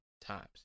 times